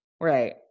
right